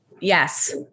Yes